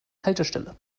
haltestelle